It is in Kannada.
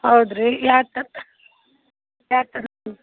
ಹೌದು ರೀ ಯಾವ ಥರ ಯಾ ಥರದ್ದು